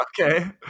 Okay